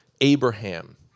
Abraham